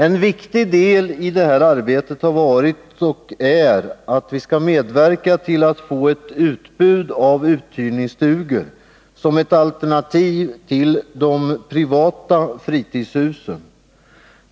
En betydelsefull del i detta arbete har varit och är att medverka till att få ett utbud av uthyrningsstugor som ett alternativ till de privata fritidshusen.